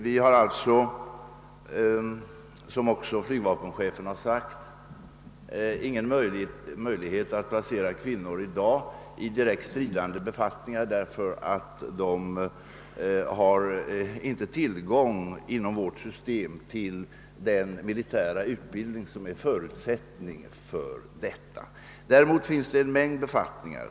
Vi har alltså — som också flygvapenchefen har uttalat — ingen möjlighet att för närvarande placera kvinnor i direkt stridande befattningar därför att de inom vårt system inte har tillgång till den militära utbildning som är en förutsättning för detta.